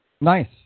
Nice